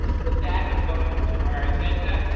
with that, i'm going to our agenda.